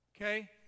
Okay